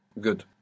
Good